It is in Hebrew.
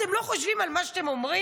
אתם לא חושבים על מה שאתם אומרים?